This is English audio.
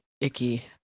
icky